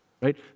right